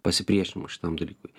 pasipriešinimas šitam dalykui